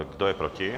Kdo je proti?